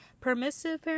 permissive